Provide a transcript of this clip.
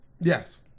Yes